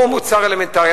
הוא מוצר אלמנטרי.